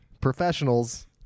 professionals